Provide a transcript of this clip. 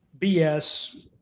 BS